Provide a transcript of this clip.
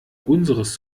unseres